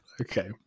Okay